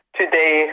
today